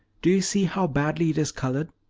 do you see how badly it is colored?